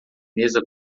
mesa